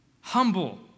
humble